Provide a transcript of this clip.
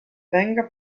venga